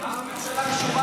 מה הממשלה קשורה